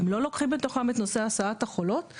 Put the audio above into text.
הם לא לוקחים בתוכם את נושא הסעת החולות.